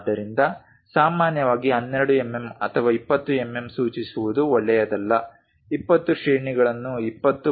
ಆದ್ದರಿಂದ ಸಾಮಾನ್ಯವಾಗಿ 12 ಎಂಎಂ ಅಥವಾ 20 ಎಂಎಂ ಸೂಚಿಸುವುದು ಒಳ್ಳೆಯದಲ್ಲ 20 ಶ್ರೇಣಿಗಳನ್ನು 20